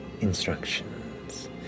instructions